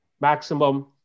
maximum